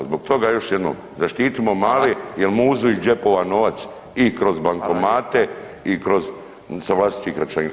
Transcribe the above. Zbog toga još jednom zaštitimo male jel muzu iz džepova novac i kroz bankomate i kroz sa vlastitih računa.